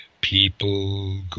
people